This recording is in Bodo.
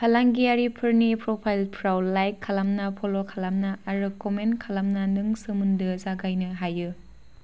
फालांगियारिफोरनि प्रफाइलफ्राव लाइक खालामना फल' खालामना आरो कमेन्ट खालामना नों सोमोन्दो जागायनो हायो